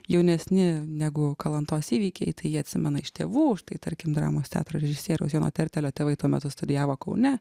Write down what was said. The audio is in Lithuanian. jaunesni negu kalantos įvykiai tai jie atsimena iš tėvų štai tarkim dramos teatro režisieriaus jono tertelio tėvai tuo metu studijavo kaune